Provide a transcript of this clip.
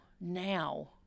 now